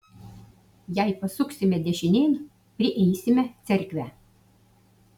jei pasuksime dešinėn prieisime cerkvę